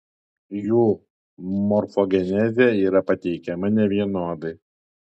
jų morfogenezė yra pateikiama nevienodai